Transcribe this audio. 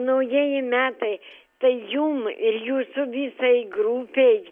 naujieji metai tai jum ir jūsų visai grupei